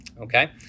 Okay